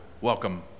welcome